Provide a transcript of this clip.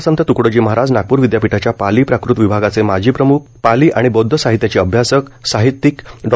राष्ट्रसंत त्कडोजी महाराज नागपूर विद्यापिठाच्या पाली प्राकृत विभागाचे माजी विभाग प्रम्ख पाली आणि बौद्ध साहित्याचे अभ्यासक साहित्यीक डॉ